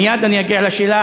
מייד אני אגיע לשאלה.